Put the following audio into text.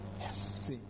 Yes